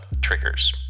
triggers